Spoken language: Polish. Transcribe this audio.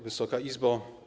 Wysoka Izbo!